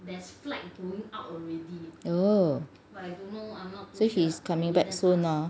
oh means he's coming back soon ah